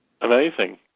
Amazing